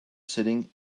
sitting